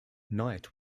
knight